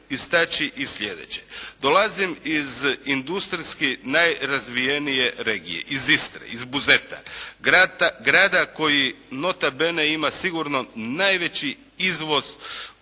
istaći i sljedeće. Dolazim iz industrijski najrazvijenije regije, iz Istre, iz Buzeta, grada koji nota bene ima sigurno najveći izvoz